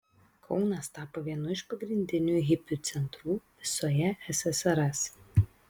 kaunas tapo vienu iš pagrindinių hipių centrų visoje ssrs